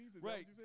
Right